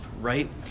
right